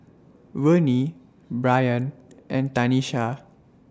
Vennie Brayan and Tanisha